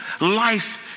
life